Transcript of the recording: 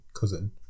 cousin